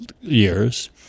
years